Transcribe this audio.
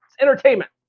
entertainment